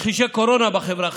מכחישי קורונה בחברה החרדית,